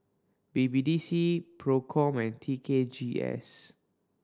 B B D C Procom and T K G S